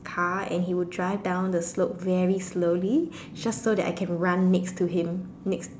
car and he would drive down the slope very slowly just so I can run next to him next